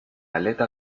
aleta